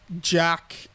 Jack